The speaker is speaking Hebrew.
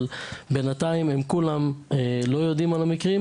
אבל בינתיים הם כולם לא יודעים על המקרים,